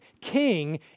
king